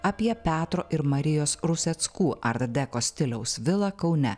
apie petro ir marijos ruseckų art deko stiliaus vilą kaune